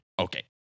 Okay